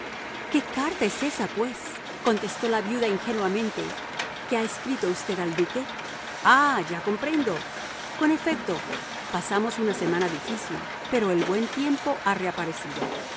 qué carta es ésa pues contestó la viuda ingenuamente que ha escrito usted al duque ah ya comprendo con efecto pasamos una semana difícil pero el buen tiempo ha reaparecido